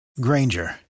Granger